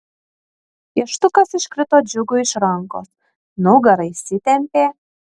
pieštukas iškrito džiugui iš rankos nugara įsitempė